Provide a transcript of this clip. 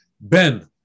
Ben